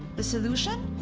the solution?